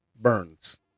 Burns